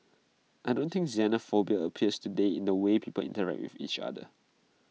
I don't think xenophobia appears today in the way people interact with each other